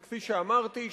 שכפי שאמרתי,